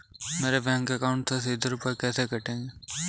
मेरे bank account से सीधे रुपए कैसे कटेंगे?